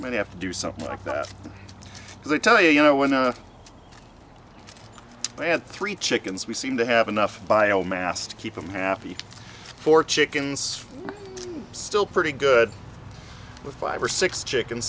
many have to do something like that they tell you you know when i had three chickens we seem to have enough biomass to keep them happy for chickens still pretty good with five or six chicken